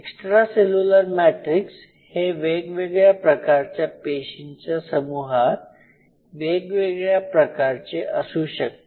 extra cellular matrix हे वेगवेगळ्या प्रकारच्या पेशींच्या समूहात वेगवेगळ्या प्रकारचे असू शकते